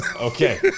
Okay